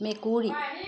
মেকুৰী